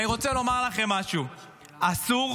ואני רוצה לומר לכם משהו: אסור,